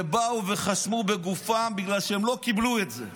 באו וחסמו בגופם, בגלל שהם לא קיבלו את זה.